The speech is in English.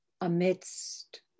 amidst